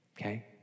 okay